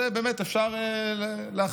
בזה באמת אפשר להחמיא,